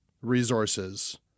resources